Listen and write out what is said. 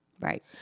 Right